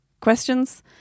questions